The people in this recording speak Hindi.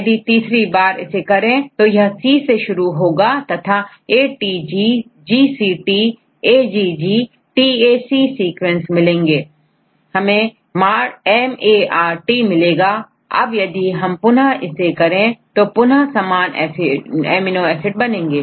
यदि आप तीसरी बार इसे करें तो यहC Aसे शुरू होगा तथाATG GCT AGG TAC और इसी तरह से मिलेंगे आप प्रत्येक कोडान के लिए टेबल देखेंगे हमेंMART मिलेगा अब यदि हम पुनः इसे करें Student Again the same तो पुनः समान अमीनो एसिड बनेंगे